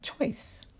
choice